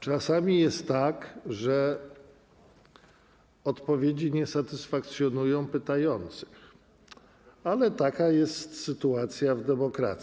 Czasami jest tak, że odpowiedzi nie satysfakcjonują pytających, ale taka jest sytuacja w demokracji.